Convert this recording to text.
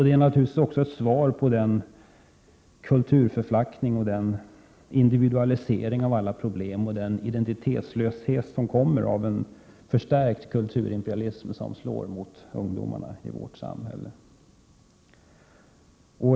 Det är naturligtvis också ett svar på den kulturförflackning och den individualisering av alla problem och den identitetslöshet som kommer av en förstärkt kulturimperialism som slår mot ungdom i vårt samhälle.